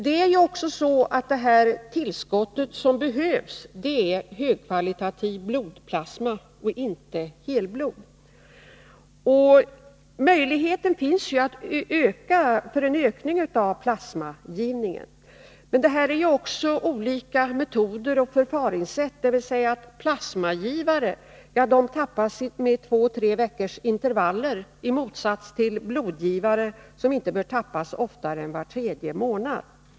Det är också så att det tillskott som behövs gäller högkvalitativ blodplasma och inte helblod. Det finns ju möjlighet att öka plasmagivningen. Men det är här fråga om olika metoder och förfaringssätt. Plasmagivare tappas med två tre veckors intervaller i motsats till blodgivare som inte bör tappas oftare än var tredje månad.